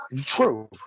true